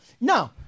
no